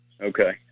Okay